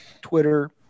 twitter